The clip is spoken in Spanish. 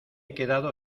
quedado